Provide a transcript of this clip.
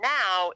now